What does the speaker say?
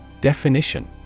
Definition